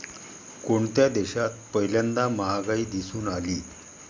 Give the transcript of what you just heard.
कोणत्या देशात पहिल्यांदा महागाई दिसून आली?